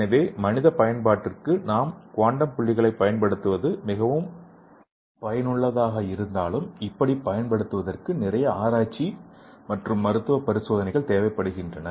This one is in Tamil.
எனவே மனித பயன்பாட்டிற்கு குவாண்டம் புள்ளிகளைப் பயன்படுத்துவது மிகவும் பயனுள்ளதாக இருந்தாலும் இப்படி பயன்படுத்துவதற்கு நிறைய ஆராய்ச்சி மற்றும் மருத்துவ பரிசோதனைகள் தேவைப்படுகின்றன